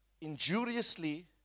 injuriously